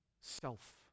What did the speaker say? self